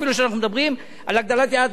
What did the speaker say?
אפילו שאנחנו מדברים על הגדלת יעד